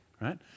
right